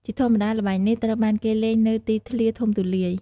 ជាធម្មតា ល្បែងនេះត្រូវបានគេលេងនៅទីធ្លាធំទូលាយ។